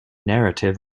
narrative